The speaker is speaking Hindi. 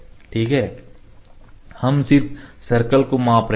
ठीक है लेकिन हम सिर्फ सर्कल को माप रहे हैं